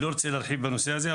אני לא רוצה להרחיב בנושא הזה,